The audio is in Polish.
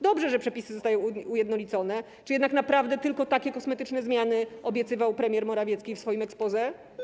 Dobrze, że przepisy zostają ujednolicone, czy jednak naprawdę tylko takie kosmetyczne zmiany obiecywał premier Morawiecki w swoim exposé?